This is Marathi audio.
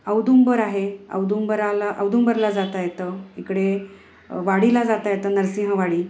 औदुंबर आहे औदुंबराला औदुंबरला जाता येतं इकडे वाडीला जाता येतं नरसिंहवाडी